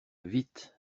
vite